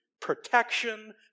protection